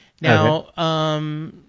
Now –